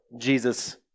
Jesus